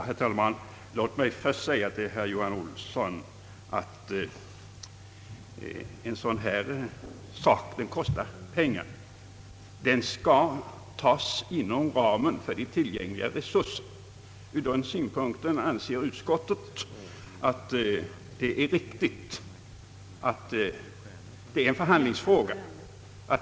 Herr talman! Låt mig först säga till herr Johan Olsson att en minskning av spännvidden kostar pengar. Dessa skall tas inom ramen för de tillgängliga resurserna. Ur denna synpunkt anser utskottet att det är riktigt att det är en förhandlingsfråga.